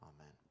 Amen